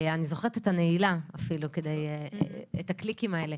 אני אפילו זוכרת את הנעילה, את הקליקים האלה.